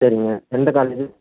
சரிங்க எந்த காலேஜி